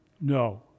No